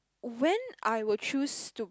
when I would choose to